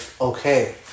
Okay